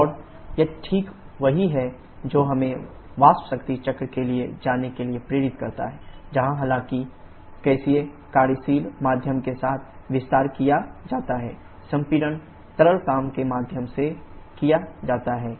और यह ठीक वही है जो हमें वाष्प शक्ति चक्र के लिए जाने के लिए प्रेरित करता है जहां हालांकि गैसीय कार्यशील माध्यम के साथ विस्तार किया जाता है संपीड़न तरल काम के माध्यम से किया जाता है